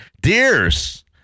Deers